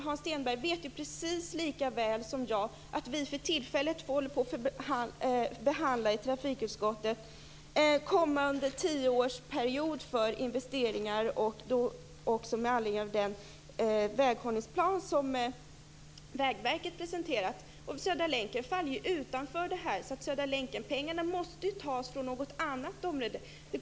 Hans Stenberg vet precis lika väl som jag att vi i trafikutskottet för tillfället behandlar kommande tioårsperiod för investeringar med anledning av den väghållningsplan som Vägverket presenterat. Södra länken faller ju utanför, så Södra länken-pengarna måste ju tas från något annat område.